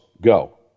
Go